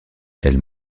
elle